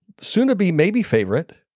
soon-to-be-maybe-favorite